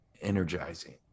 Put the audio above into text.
energizing